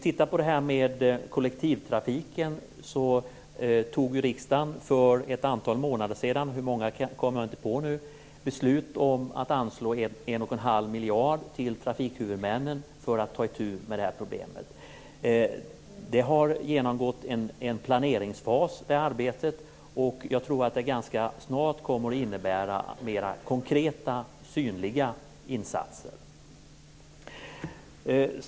När det gäller kollektivtrafiken fattade riksdagen för ett antal månader sedan beslut att anslå 1 1⁄2 miljarder till trafikhuvudmännen för att ta itu med problemet. Arbetet har genomgått en planeringsfas. Jag tror att det kommer att innebära mera konkreta synliga insatser.